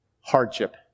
hardship